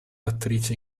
attrice